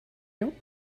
you